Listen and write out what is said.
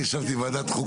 אני ישבתי בוועדת החוקה.